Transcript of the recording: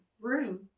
room